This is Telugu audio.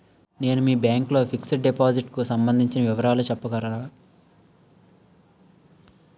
నేను మీ బ్యాంక్ లో ఫిక్సడ్ డెపోసిట్ కు సంబందించిన వివరాలు చెప్పగలరా?